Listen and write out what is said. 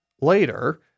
later